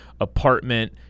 apartment